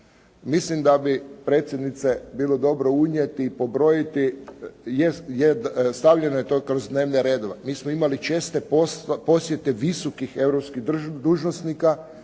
mislim da bi predsjednice bilo dobro unijeti i pobrojiti stavljeno je to kroz dnevne redove. Mi smo imali česte posjete visokih europskih dužnosnika